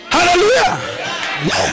Hallelujah